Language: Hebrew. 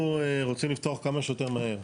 אנחנו רוצים לפתוח כמה שיותר מהר.